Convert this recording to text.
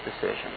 decision